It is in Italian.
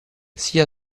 sia